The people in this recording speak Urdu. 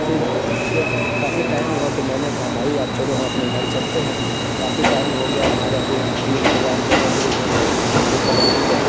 پھر جب کافی ٹائم ہوا تو میں نے کہا بھائی اب چلو ہم اپنے گھر چلتے ہیں کافی ٹائم ہو گیا ہمارے ابو امی انتظار کر رہے ہوں گے کہ وہ کب آئیں گے